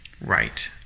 right